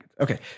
Okay